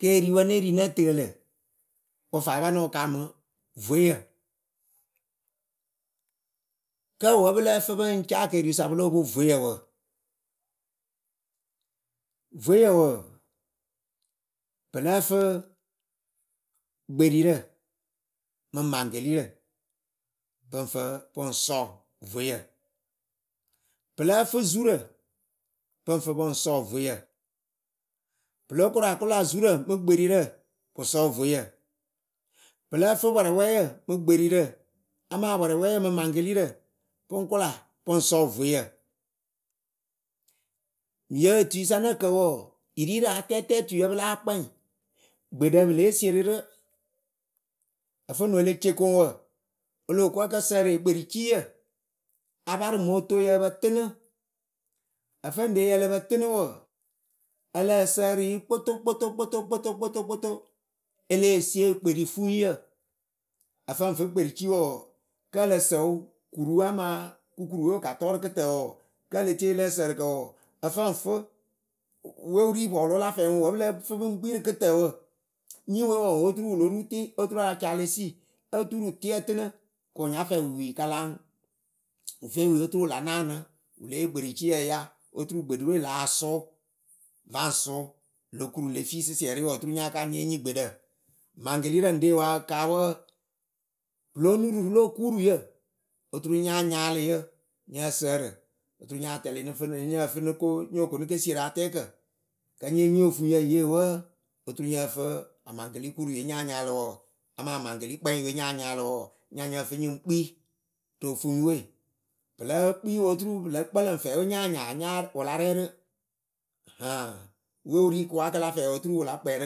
Keeriwǝ ne ri nǝ tɨɨlɨ wɨ faa panɨ wɨ kaamɨ vueyǝ. kǝ wǝ pɨ lǝ́ǝ fɨ pɨŋ ca keriwɨsa pɨ lóo pwo vueyǝ wǝ? Vueyǝ wɔɔ, pɨ lǝ́ǝ fi gberirǝ mɨ maŋkelirǝ pɨŋ fɨ pɨŋ sɔ vueyǝ. Pɨ lǝ́ǝ fɨ zurǝ pɨŋ fɨ pɨŋ sɔ vueyǝ. Pɨ lo kora kʊla zurǝ mɨ gberirǝ pɨ sɔ vueyǝ. pɨ lǝ́ǝ fɨ pɔrɔpwɛyǝ mɨ gberirǝ amaa pɔrɔpwɛ mɨ maŋkelirǝ pɨŋ kʊla pɨŋ sɔ vueyǝ. yɨ otuyɨ sa nǝ kǝ wɔɔ yɨ rirɨ atɛɛtɛtuyǝ pɨ láa kpɛŋ. Gbeɖǝ pɨ lée sierɨ rɨ ofonuŋ e le ce koŋwǝ o lo ko ǝ kǝ sǝrɨ ekpericiiyǝ aparɨ mɨ otooyǝ ǝ pǝ tɨnɨ e feŋ reyɩ ǝlǝ pǝ tɨnɨ wɔɔ, ǝ lǝ́ǝ sǝǝrɨyɩ kpoto kpoto kpoto kpoto kpoto kpoto. E lée sie ekperifuŋyǝ ǝ fǝŋ fɨ kpericiiwǝ wɔɔ kǝ ǝ lǝ sǝwɨ kuruwe amaa kukuruwe wɨ ka tɔrɨ kɨtǝǝwǝ wɔɔ kǝ e le tie yɨ lǝ ǝsǝǝrɨkǝ wɔɔ, ǝ fǝŋ fɨ we wɨri rɨ pɔɔlʊ la fɛɛ wɨ wǝ pɨ lǝ fɨ pɨŋ kpi rɨ kɨtǝǝwǝ nyiŋwe wɔɔ wɨ oturu wɨlo ru tɩ oturu ala ca elesi oturu tɩ ǝtɨnɨ kɨ wɨ nyafɛ wɨ wɩ kalaŋ wɨ feŋ wi oturu la naanɨ wɨle yee ekpericiiyǝ yɨ ya oturu gbeɖǝ we láa sʊ. Vaŋ sʊ, lo kuru le fi sɩsɩɛrɩ wɔɔ oturu nyaka nyée nyiŋ gbeɖǝ. Maŋkelirǝ ɖe ka wǝǝ pɨ lóo nuru rɨ lo okuruyǝ oturu nya nyalɨyɩ nyǝ ǝsǝrɨ oturu nya tɛlɩ nyǝ fɨ nǝ ko nyǝ fɨ nɨ kesie ra tɛɛkǝ. kǝ nye nyi ofuŋ yǝ ye wǝǝ oturu nyǝ fɨ amaŋkelikuruyɨwe nya nyalɨ amaa amaŋkelikpɛŋye nya nyalɨ wɔɔ, nya nyǝ fɨ nyɨŋ kpi ro ofuŋyɨwe. pɨ lée kpi yɩ oturu pɨ lǝ kpǝlǝŋ fɛwe nya nyaa wɨ la rɛrɨ ahaŋ we wɨri kǝwaakǝ la fɛɛ oturu wɨ la kpɛ rɨ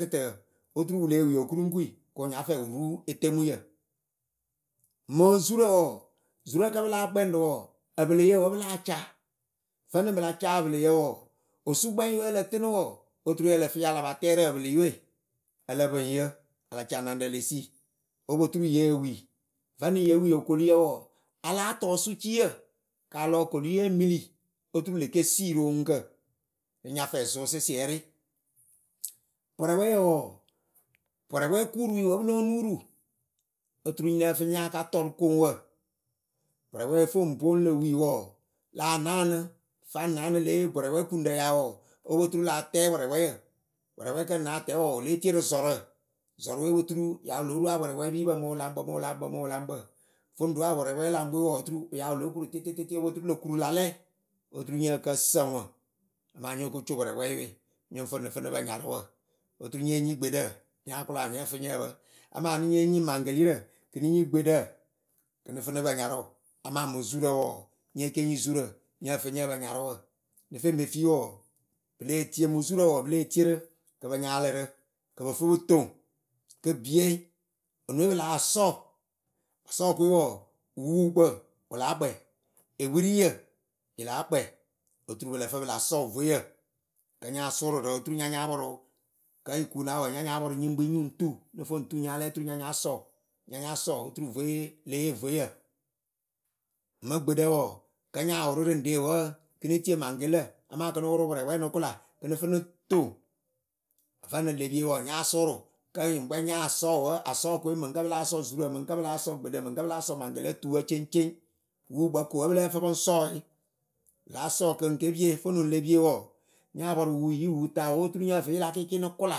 kɨtǝǝwǝ oturu wɨ lée wi okuruŋkui kɨ wɨ nyafɛ wɨ ru etemuyǝ Mɨŋ zurɨ wɔɔ, zurǝ kǝ pɨ láa kpɛŋɖɨ wɔɔ, ǝpɨlɨyǝ wǝ pɨ láa ca. vǝnɨŋ pɨla ca ǝpɨlɨyǝ wɔɔ, osukpɛŋyɨwe ǝ lǝ tɨnɨ wɔɔ oturu ǝ lǝ fɨ yɩ a pa tɛ rɨ ǝpɨlɨyɨwe ǝ lǝ pɨŋ yɨ a la ca naŋɖǝ e le si opoturu yee wi vǝnɨŋ ye wi okoliyǝ wɔɔ, a láa tɔ osuciiyǝ ka lɔ okoliye emili oturu ye ke sii ro oŋuŋkǝ rɨŋ nya fɛ zʊ sɩsɩɛrɩ pɔrɔpwɛyǝ wɔɔ pɔrɔpwɛkuruyǝ wǝ pɨ lóo nuru. oturu nɨ nyǝ́ǝ fɨ nya ka tɔ rɨ koŋwǝ pɔrɔpwɛ foŋ poŋ le wi wɔɔ, láa naanɨ faŋ naanɨ le yee bɔrɔpwɛ kuŋɖǝ ya wɔɔ o po turu la tɛ pɔrɔpwɛyǝ pɔrɔpwɛ kǝ náa tɛ wɔɔ le tie rɨ zɔrǝ. zɔrɨwe o po turu wɨ ya wɨ lóo ru apɔrɔpwɛ piipǝ mɨ wɨ laŋkpǝ mɨ wɨ laŋkpǝmɨ wɨ laŋkpǝ foŋ ɖu apɔrɔpwɛpilaŋkpɨwe wɨ la lɛ wɔɔ oturu ya lóo kuru tɩ tɩ tɩ tɩ o po turu lo kuru la lɛ nyɨŋkǝ sǝ ŋwɨ amaa nyo ko co pɔrɔpwɛyɨwe nyɨŋ fɨ ŋwɨ nɨ fɨ nɨ pǝ nyarʊwǝ. Oturu nye nyiŋ gbeɖǝ nya kʊla nyǝ fɨ nyǝ́ǝ pǝ amaa nɨ nyéenyiŋ maŋkelirǝ kɨ nɨ nyiŋ gbeɖǝ kɨ nɨ fɨ nɨ pǝ nyarʊ amaa mɨŋ zurǝ wɔɔ, nyekenyiŋ zurǝ nyǝ fɨ nyǝ́ǝ pǝ nyarʊwǝ. Nɨ feŋbe fi wɔɔ pɨ lée tie mɨŋ zurǝ wɔɔ pɨ lée tie rɨ kɨ pɨ nyalɨ rɨ kɨ pɨ fɨ pɨ toŋ, kɨ bie, enue pɨ láa sɔ Asɔkɨwe wɔɔ, wuukpǝ wɨ láa kpɛ, ewiriyǝ yɨ láa kpɛɛ oturu pɨ lǝ fɨ pɨla sɔ vueyǝ, kǝ nya sʊrʊrɨ oturu nya nyáa pɔrʊ kǝ yɨ kuna wɔɔ oturu nya nyáa pɔrʊ nyɨŋ kpi nɨŋ tu nɨ foŋ tu nyalɛ wɔɔ uturu nyanya sɔ nyanya sɔ oturu vueye le yee vueyǝ mɨŋ gbeɖǝ wɔɔ kǝ nya wʊrʊrɨ ɖe wǝǝ kɨ nɨ tie maŋkelǝ amaa kɨnɨ wʊrʊ pɔrɔpwɛ nɨ kʊla kɨ nɨ fɨ nɨ toŋ ǝvǝnɨŋ le pie wɔɔ, nya sʊrʊ kǝ yɨŋ kpɛ nya sɔ wǝǝ asɔkɨwe mɨŋkǝ pɨla sɔ zurǝ, miɨŋkǝ pɨ láa sɔ gbeɖǝ, mɨŋkǝ pɨ láa sɔ mankelǝ tuwǝ ceŋceŋ wukpǝ ko wǝ pɨ lǝ́ǝ fɨ pɨŋ sɔ yɩ Pɨ láa sɔ kɨŋ ke pie. vǝnɨŋ le pie wɔɔ nya pɔrʊ wu yi wu ta oo nyǝ́ǝ yɨ la kɩɩkɩ nɨ kʊla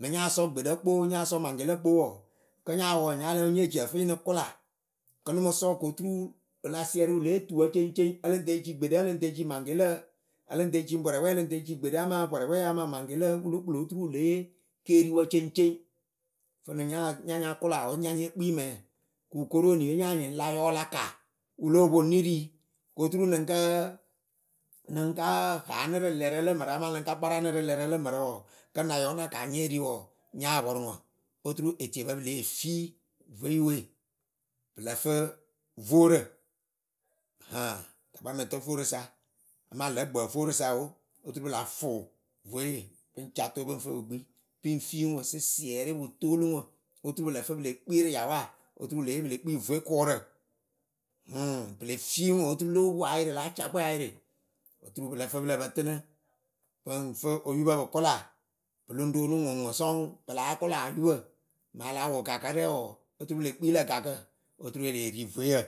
mɨŋ nya sɔ gbeɖǝ kpoo maŋkelǝ kpoo wɔɔ, kǝ nya wɔɔ nya lɛ wɔɔ nyée cǝ fɨyɩ le kpeŋkpeŋ nɨ kʊla kǝ nɨ mɨ sɔ koturu wɨla sɩɛrɩ wɨle yee tuwǝ ceŋceŋ ǝlɨŋ tɨ eciwu ŋ gbeɖǝ ǝǝ ǝŋ te ciwu ŋ maŋkelǝ ǝǝ ǝ lǝŋ te ciwɨ ŋ pɔrɔpwɛ, ǝ lǝŋ te ciwɨ ŋ gbeɖǝ amaa pɔrɔpwɛ amaa maŋgelǝwɨ lo kpɨlo otu wɨ le yee keriwǝ ceŋceŋ vǝnɨŋ nya nya kʊla wǝ nya nyée kpi mɛŋ. kɨ wɨkoro nya nyɩŋ la yɔlaka wɨlo poŋ nɨ ri koturu lɨŋ kǝ nɨŋ ka ha nɨ rɨ lɛrǝ lǝ mǝrǝ amaa nɨŋ ka kpara nɨ rɨ lɛrǝ lǝ mǝrǝ wɔɔ kǝ na yɔ na ka nyeri wɔɔ, nyáa pɔrʊ ŋwɨ oturu etiepǝ pɨ lée fi vueyɨwe, pɨlǝ fɨ voorǝ haŋ takpamɛtǝ voorɨsa amaa lǝ̌ gbǝǝvoorɨsa oo oturu pɨla fʊ. vue pɨŋ cato pɨŋ fɨ pɨ kpi pɨŋ fi ŋwɨ sɩsɩɛrɩ pɨ toolu ŋwɨ oturu pɨlǝ fɨ pɨ le kpi rɨ yawa oturu wɨ le yee vue kʊrǝ, hɨŋ pɨle fi ŋwɨ oturu lóo poŋ ayɩrɩ la cakpɛ ayɩrɩ. Oturu pɨlǝ fɨ pɨ lǝ pǝ tɨnɨ pɨŋ fɨ oyupǝ pɨ kʊla, pɨ lɨŋ roonu ŋwɨŋwɨ sɔŋ, pɨla kʊla oyupǝ mɨŋ ala wʊ gakɨrɛ wɔɔ oturu pɨle kpi lǝ oyupǝ oturu e leh ri vueyǝ.